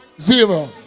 zero